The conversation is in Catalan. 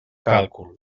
càlcul